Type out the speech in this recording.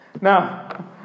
Now